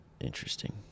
interesting